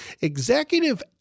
executive